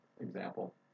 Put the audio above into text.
example